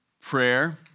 prayer